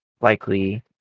likely